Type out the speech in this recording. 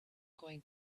going